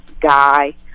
Guy